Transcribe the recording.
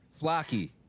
Flocky